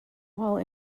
while